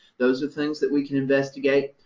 those are things that we can investigate.